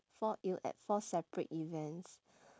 fall ill at four separate events